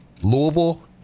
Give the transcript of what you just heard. Louisville